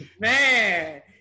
Man